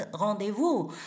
rendezvous